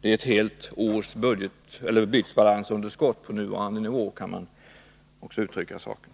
Det är ett helt års bytesbalansunderskott på nuvarande nivå — så kan man också uttrycka saken.